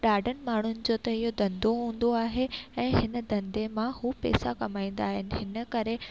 ॾाढनि माण्हूनि जो त इहो धंधो हूंदो आहे ऐं हिन धंधे मां हू पैसा कमाईंदा आहिनि हिन करे